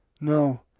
no